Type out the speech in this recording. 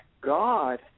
God